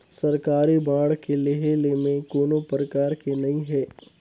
सरकारी बांड के लेहे में कोनो परकार के नइ हे